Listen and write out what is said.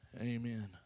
Amen